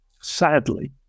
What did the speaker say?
sadly